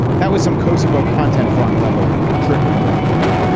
that was some kosovo content farm level triggering right there.